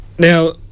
Now